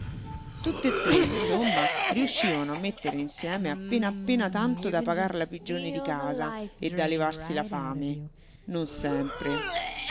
tutt'e tre insomma riuscivano a mettere insieme appena appena tanto da pagar la pigione di casa e da levarsi la fame non sempre